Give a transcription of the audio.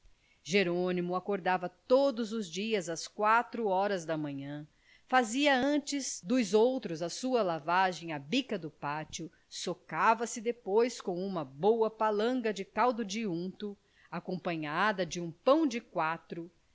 jerônimo acordava todos os dias às quatro horas da manhã fazia antes dos outros a sua lavagem à bica do pátio socava se depois com uma boa palangana de caldo de unto acompanhada de um pão de quatro